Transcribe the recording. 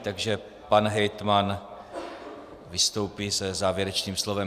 Takže pan hejtman vystoupí se závěrečným slovem.